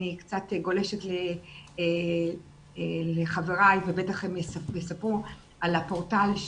אני קצת גולשת לחבריי ובטח הם יספרו על הפורטל,